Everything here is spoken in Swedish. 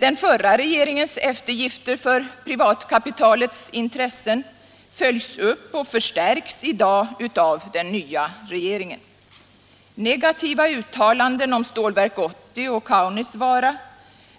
Den förra regeringens eftergift för privatkapitalets intressen följs upp och förstärks i dag av den nya regeringen. Negativa uttalanden om Stålverk 80 och Kaunisvaara